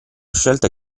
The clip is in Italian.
scelta